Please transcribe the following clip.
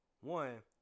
One